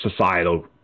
societal